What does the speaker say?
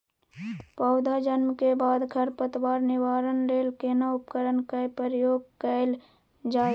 पौधा जन्म के बाद खर पतवार निवारण लेल केना उपकरण कय प्रयोग कैल जाय?